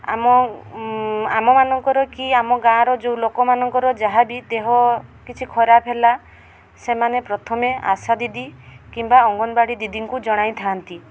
ଆମ ଆମମାନଙ୍କର କି ଆମ ଗାଁର ଯେଉଁ ଲୋକମାନଙ୍କର ଯାହାବି ଦେହ କିଛି ଖରାପ ହେଲା ସେମାନେ ପ୍ରଥମେ ଆଶା ଦିଦି କିମ୍ବା ଅଙ୍ଗନବାଡ଼ି ଦିଦିଙ୍କୁ ଜଣାଇଥାନ୍ତି